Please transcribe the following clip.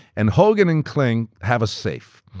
and hogan and klink have a safe.